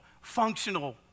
functional